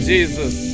Jesus